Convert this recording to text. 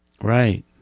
Right